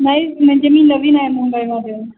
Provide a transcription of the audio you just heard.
नाही म्हणजे मी नवीन आहे मुंबईमध्ये